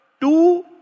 two